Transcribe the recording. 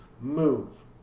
move